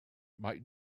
might